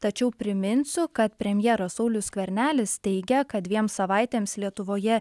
tačiau priminsiu kad premjeras saulius skvernelis teigia kad dviem savaitėms lietuvoje